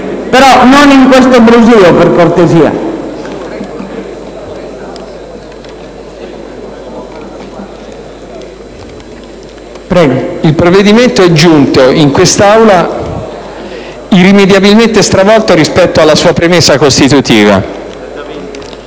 farlo in questo brusìo. Per cortesia. PARDI *(IdV)*. Il provvedimento è giunto in quest'Aula irrimediabilmente stravolto rispetto alla sua premessa costitutiva